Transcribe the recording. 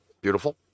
Beautiful